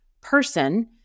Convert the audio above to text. person